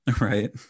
right